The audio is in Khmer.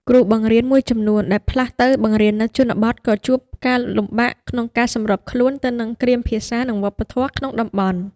គ្រូបង្រៀនមួយចំនួនដែលផ្លាស់ទៅបង្រៀននៅជនបទក៏ជួបការលំបាកក្នុងការសម្របខ្លួនទៅនឹងគ្រាមភាសា និងវប្បធម៌ក្នុងតំបន់។